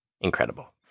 incredible